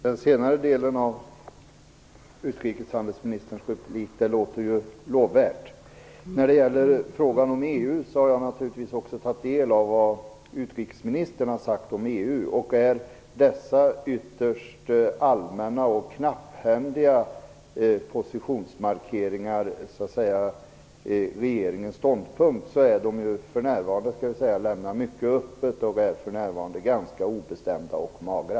Fru talman! Det utrikeshandelsministern säger i den senare delen av sitt inlägg låter ju lovvärt. Jag har naturligtvis tagit del av vad utrikesministern har sagt om EU. Är dessa ytterst allmänna och knapphändiga positionsmarkeringar regeringens ståndpunkt så lämnas för närvarande mycket öppet, eftersom de synpunkter som framfördes var ganska obestämda och magra.